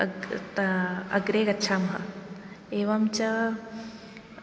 अग्रे गच्छामः एवं च